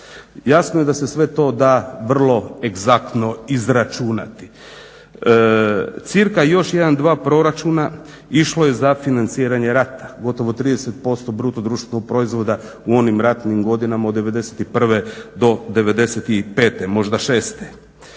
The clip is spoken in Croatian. Jasno je da se sve to da vrlo egzaktno izračunati. Cirka još jedan-dva proračuna išlo je za financiranje rata, gotovo 30% bruto društvenog proizvoda u onim ratnim godinama od '91. do '95., možda '96.